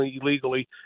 illegally